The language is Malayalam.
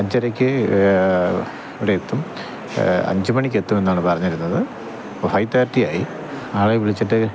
അഞ്ചരക്ക് ഇവിടെ എത്തും അഞ്ച് മണിക്ക് എത്തും എന്നാണ് പറഞ്ഞിരുന്നത് ഫൈവ് തേര്ട്ടി ആയി ആളെ വിളിച്ചിട്ട്